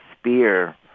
spear